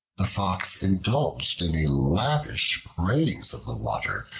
the fox indulged in a lavish praise of the water,